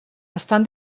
estan